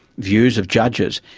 views of judges,